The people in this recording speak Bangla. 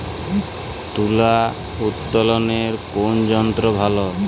তুলা উত্তোলনে কোন যন্ত্র ভালো?